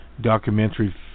documentary